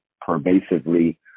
pervasively